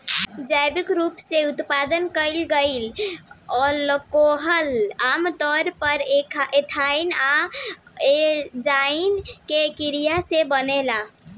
जैविक रूप से उत्पादन कईल गईल अल्कोहल आमतौर पर एथनॉल आ एन्जाइम के क्रिया से बनावल